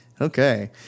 Okay